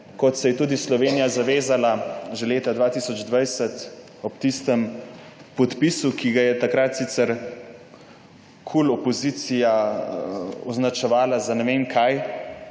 kot se je tudi Slovenija zavezala že leta 2020 ob tistem podpisu, ki ga je takrat sicer KUL opozicija označevala za ne vem kaj,